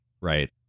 right